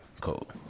Cool